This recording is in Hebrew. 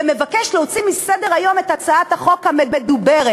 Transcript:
ומבקש להוציא מסדר-היום את הצעת החוק המדוברת.